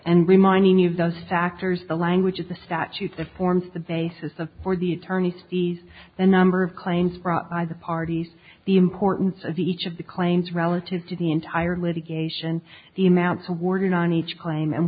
and reminding me of those factors the language of the statute that forms the basis of for the attorneys fees the number of claims brought by the parties the importance of each of the claims relative to the entire litigation the amounts awarded on each claim and